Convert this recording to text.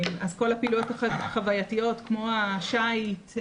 כל הפעילויות החווייתיות כמו השיט,